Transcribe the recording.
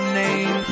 name